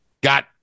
got